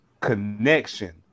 connection